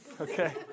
Okay